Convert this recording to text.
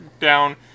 down